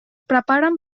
preparen